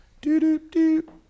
Do-do-do